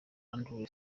andrew